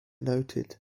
noted